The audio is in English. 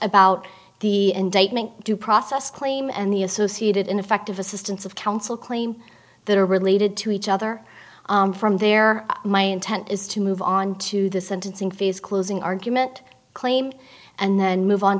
about the indictment due process claim and the associated ineffective assistance of counsel claim that are related to each other and from there my intent is to move on to the sentencing phase closing argument claim and then move on